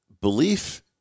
belief